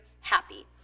happy